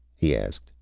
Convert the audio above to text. he asked,